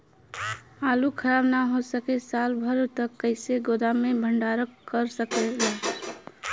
आलू खराब न हो सके साल भर तक कइसे गोदाम मे भण्डारण कर जा सकेला?